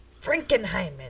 Frankenheimer